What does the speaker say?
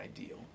ideal